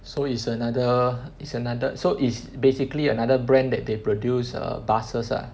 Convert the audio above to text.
so is another is another so is basically another brand that they produce err buses ah